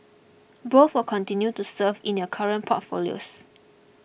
both will continue to serve in their current portfolios